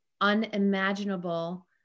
unimaginable